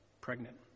pregnant